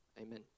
Amen